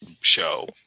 show